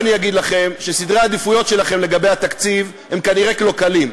אני אגיד לכם שסדרי העדיפויות שלכם לגבי התקציב הם כנראה קלוקלים,